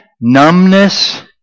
numbness